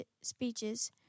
speeches